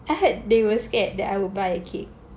I heard they were scared that I would buy a cake